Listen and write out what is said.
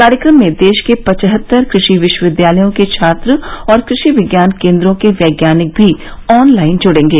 कार्यक्रम में देश के पचहत्तर कृषि विश्वविद्यालयों के छात्र और कृषि विज्ञान केन्द्रों के वैज्ञानिक भी ऑन लाइन जुड़ेंगे